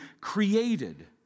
created